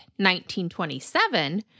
1927